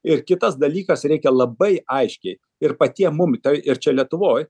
ir kitas dalykas reikia labai aiškiai ir patiem mum tai ir čia lietuvoj